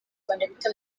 abanyarwanda